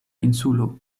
insulo